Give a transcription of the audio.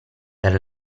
per